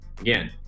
Again